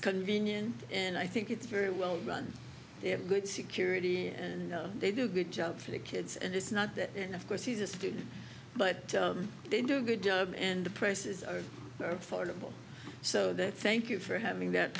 convenient and i think it's very well run they have good security and they do a good job for the kids and it's not that and of course he's a student but they do a good job and the price is affordable so that thank you for having that